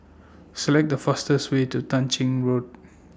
Select The fastest Way to Tah Ching Road